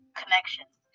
connections